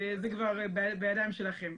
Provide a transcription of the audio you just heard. זה כבר בידיים שלהם.